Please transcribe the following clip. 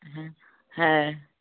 হ্যাঁ হ্যাঁ